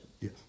Yes